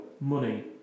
money